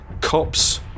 cops